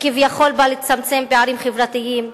שכביכול בא לצמצם פערים חברתיים,